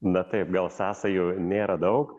na taip gal sąsajų nėra daug